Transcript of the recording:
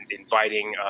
inviting